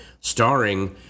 starring